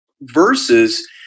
versus